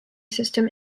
system